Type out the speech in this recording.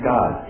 God